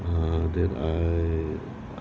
other than